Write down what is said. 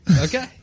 Okay